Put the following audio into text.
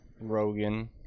Rogan